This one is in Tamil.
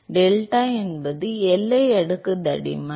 டெல்டா என்பது எல்லை அடுக்கு தடிமன்